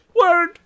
Word